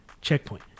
checkpoint